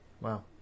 Wow